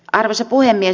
arvoisa puhemies